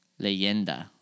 Leyenda